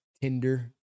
Tinder